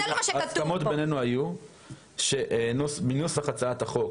ההסכמות בינינו היו שמנוסח הצעת החוק